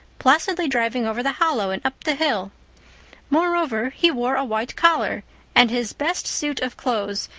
placidly driving over the hollow and up the hill moreover, he wore a white collar and his best suit of clothes,